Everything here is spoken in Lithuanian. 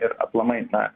ir aplamai na